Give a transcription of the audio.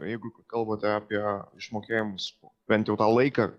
jeigu kalbate apie išmokėjimus bent jau tą laiką